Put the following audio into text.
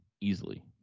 easily